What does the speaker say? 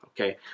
Okay